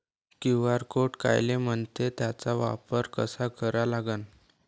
QR code कायले म्हनते, त्याचा वापर कसा करा लागन?